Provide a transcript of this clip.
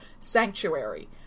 sanctuary